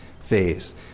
phase